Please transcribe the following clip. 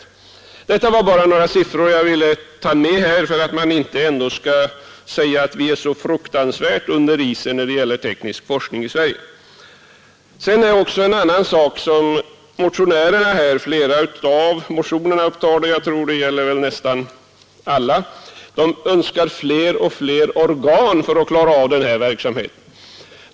Jag har velat nämna dessa siffror för att man inte skall kunna säga att vi i Sverige är så fruktansvärt under isen när det gäller teknisk forskning. I de flesta motioner — jag tror nästan alla — krävs också fler organ för att klara denna verksamhet.